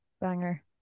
Banger